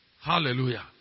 Hallelujah